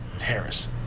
Harris